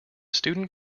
student